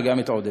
וגם את עודד.